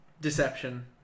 Deception